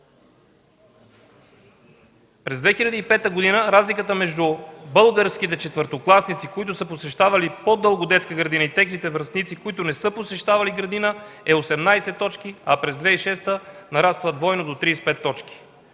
През 2005 г. разликата между българските четвъртокласници, които са посещавали по-дълго детска градина, и техните връстници, които не са посещавали градина, е 18 точки, а през 2006 г. нараства двойно до 35 точки.